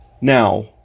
Now